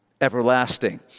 everlasting